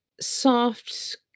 soft